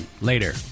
later